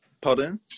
Pardon